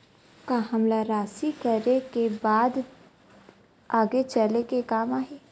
का हमला राशि करे के बाद आगे चल के काम आही?